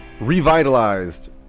revitalized